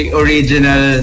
original